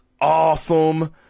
awesome